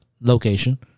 location